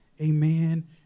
Amen